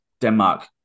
Denmark